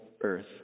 earth